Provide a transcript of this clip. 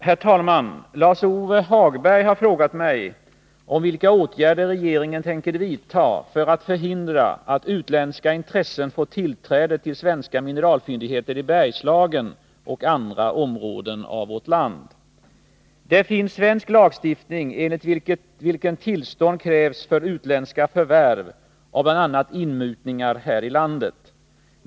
Herr talman! Lars-Ove Hagberg har frågat mig vilka åtgärder regeringen tänker vidta för att förhindra att utländska intressen får tillträde till svenska mineralfyndigheter i Bergslagen och andra områden av vårt land. Det finns svensk lagstiftning enligt vilken tillstånd krävs för utländska förvärv av bl.a. inmutnigar här i landet.